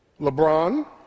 LeBron